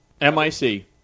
M-I-C